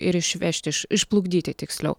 ir išvežti iš išplukdyti tiksliau